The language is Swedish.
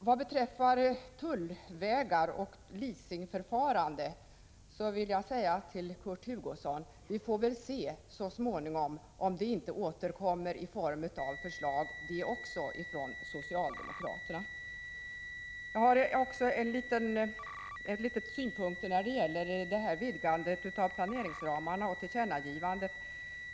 Vad beträffar tullvägar och leasingförfarande vill jag säga till Kurt Hugosson: Vi får väl se så småningom, om inte också detta återkommer i form av förslag från socialdemokraterna. Jag har också synpunkter när det gäller vidgandet av planeringsramarna och tillkännagivandet från utskottet.